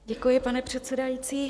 Děkuji, pane předsedající.